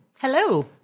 Hello